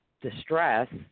distress